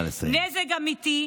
נזק אמיתי.